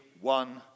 one